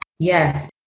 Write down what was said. yes